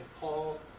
Paul